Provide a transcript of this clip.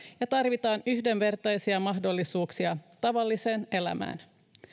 ja tarvitaan yhdenvertaisia mahdollisuuksia tavalliseen elämään